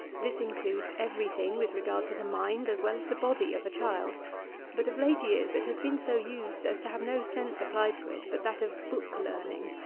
this includes every thing with regard to the mind as well as the body of a child but, of late years, it has been so used as to have no sense applied to it but that of book-learning,